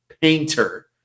Painter